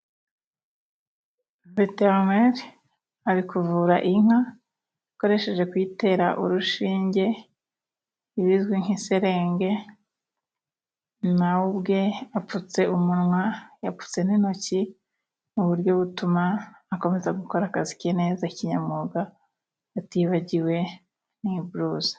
Veterineri ari kuvura inka akoresheje kuyitera urushinge, ibizwi nk'iserenge nawe ubwe apfutse umunwa, yapfutse n'intoki mu buryo butuma akomeza gukora akazi ke neza kinyamwuga atibagiwe n'iburuza.